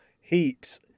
heaps